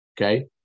okay